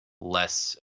less